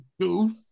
goof